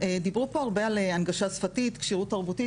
דיברו פה הרבה על הנגשה שפתית, כשירות תרבותית.